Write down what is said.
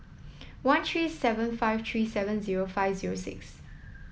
one three seven five three seven zero five zero six